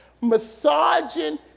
massaging